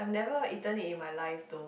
I've never eaten it in my life though